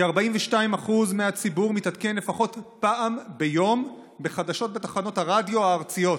כ-42% מהציבור מתעדכן לפחות פעם ביום בחדשות בתחנות הרדיו הארציות.